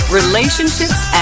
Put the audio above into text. relationships